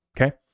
okay